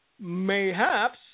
mayhaps